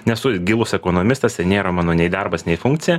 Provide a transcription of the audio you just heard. nesu gilus ekonomistas tai nėra mano nei darbas nei funkcija